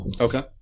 Okay